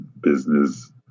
business